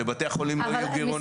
שבתי החולים לא יהיו גרעוניים.